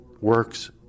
works